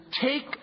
take